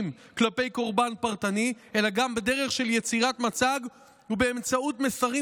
כלפי קורבן פרטני אלא גם בדרך של יצירת מצג ובאמצעות מסרים